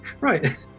right